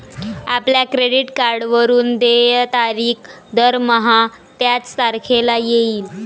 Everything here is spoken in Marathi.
आपल्या क्रेडिट कार्डवरून देय तारीख दरमहा त्याच तारखेला येईल